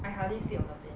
I hardly sleep on a plane